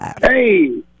Hey